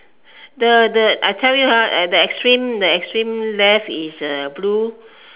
the the I tell you ah at the extreme the extreme left is the blue